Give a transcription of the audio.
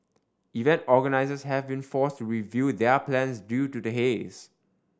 event organisers have been forced to review their plans due to the haze